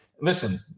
Listen